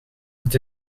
het